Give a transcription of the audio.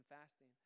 fasting